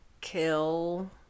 kill